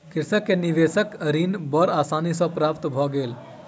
कृषक के निवेशक ऋण बड़ आसानी सॅ प्राप्त भ गेल